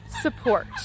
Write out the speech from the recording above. support